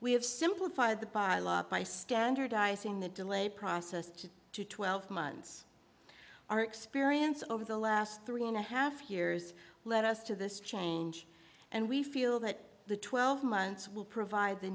we have simplified the bar by standardizing the delay process to twelve months our experience over the last three and a half years let us to this change and we feel that the twelve months will provide the